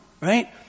right